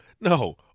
No